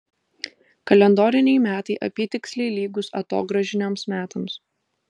kalendoriniai metai apytiksliai lygūs atogrąžiniams metams